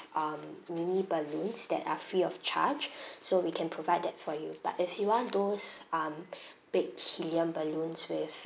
um mini balloons that are free of charge so we can provide that for you but if you want those um big helium balloons with